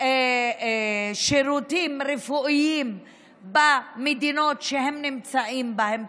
לשירותים רפואיים במדינות שהם נמצאים בהן,